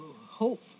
hope